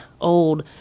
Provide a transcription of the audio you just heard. old